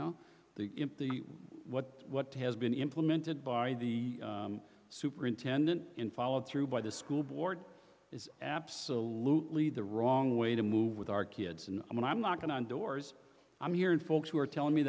know the what what has been implemented by the superintendent in follow through by the school board is absolutely the wrong way to move with our kids and when i'm not going on doors i'm here and folks who are telling me